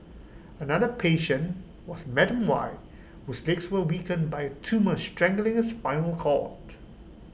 another patient was Madam Y whose legs were weakened by A tumour strangling spinal cord